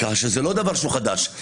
כך שזה לא דבר שהוא חדש.